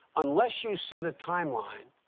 unless you set a timeline,